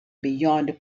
beyond